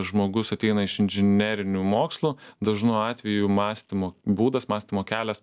žmogus ateina iš inžinerinių mokslų dažnu atveju mąstymo būdas mąstymo kelias